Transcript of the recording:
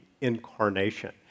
incarnation